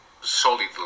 solidly